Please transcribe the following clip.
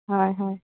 হয় হয়